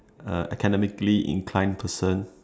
academically inclined person